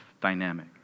dynamic